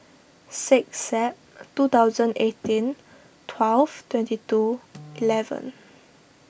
six Sep two thousand and eighteen twelve twenty two eleven